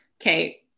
okay